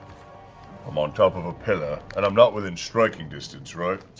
i'm on top of a pillar, and i'm not within striking distance, right?